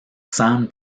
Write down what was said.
sam